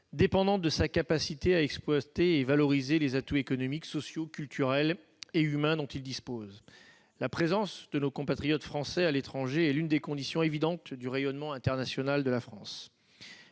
dépendante de sa capacité à exploiter et valoriser les atouts économiques, sociaux, culturels et humains dont il dispose. La présence de nos compatriotes français à l'étranger est l'une des conditions évidentes du rayonnement international de la France.